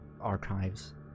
archives